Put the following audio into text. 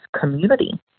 community